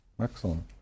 Excellent